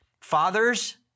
Fathers